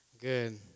Good